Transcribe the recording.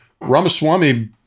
Ramaswamy